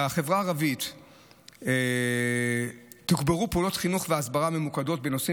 בחברה הערבית תוגברו פעולות חינוך והסברה ממוקדות בנושאי